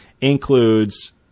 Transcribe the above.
includes